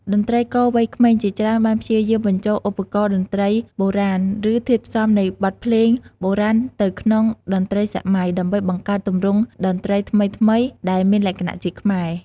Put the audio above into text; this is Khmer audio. តន្ត្រីករវ័យក្មេងជាច្រើនបានព្យាយាមបញ្ចូលឧបករណ៍តន្ត្រីបុរាណ ឬធាតុផ្សំនៃបទភ្លេងបុរាណទៅក្នុងតន្ត្រីសម័យ ដើម្បីបង្កើតទម្រង់តន្ត្រីថ្មីៗដែលមានលក្ខណៈជាខ្មែរ។